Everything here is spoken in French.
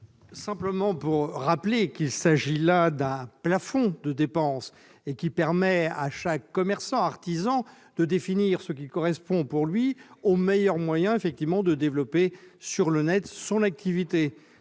simplement rappeler qu'il s'agit là d'un plafond de dépense, qui permet à chaque commerçant ou artisan de définir ce qui correspond pour lui au meilleur moyen de développer son activité